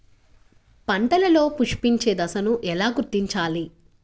పంటలలో పుష్పించే దశను ఎలా గుర్తించాలి?